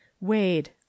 Wade